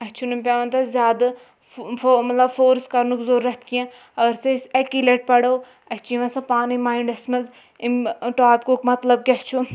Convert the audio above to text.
اَسہِ چھُنہٕ پٮ۪وان تَتھ زیادٕ مطلب فورٕس کَرنُک ضوٚرَتھ کیٚنٛہہ اَگر سُہ أسۍ اَکی لَٹہِ پَرو اَسہِ چھِ یِوان سۄ پانَے ماینٛڈَس منٛز اَمہِ ٹاپِکُک مطلب کیٛاہ چھُ